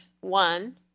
one